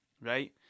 right